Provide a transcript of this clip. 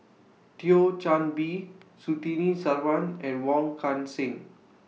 Thio Chan Bee Surtini Sarwan and Wong Kan Seng